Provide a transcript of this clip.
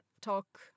talk